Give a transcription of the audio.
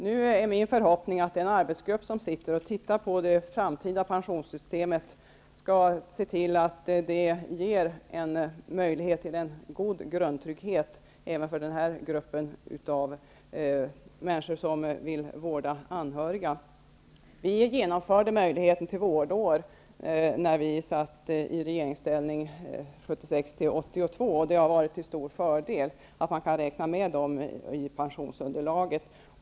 Det är min förhoppning att den arbetsgrupp som ser över det framtida pensionssystemet skall se till att den grupp av människor som vill vårda anhöriga också skall få en god grundtrygghet. När vi satt i regeringsställning 1976--1982 genomförde vi möjligheten till vårdår. Det har varit till stor fördel att man har kunnat räkna med dessa år i pensionsunderlaget.